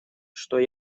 что